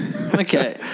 Okay